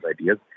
ideas